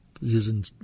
using